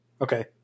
Okay